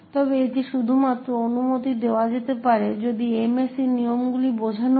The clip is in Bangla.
তবে এটি শুধুমাত্র অনুমতি দেওয়া যেতে পারে যদি MAC নিয়মগুলি বোঝানো হয়